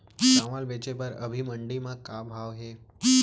चांवल बेचे बर अभी मंडी म का भाव हे?